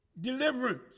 Deliverance